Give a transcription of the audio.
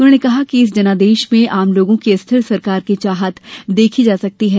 उन्होंने कहा कि इस जनादेश में आम लोगों की स्थिर सरकार की चाहत देखी जा सकती है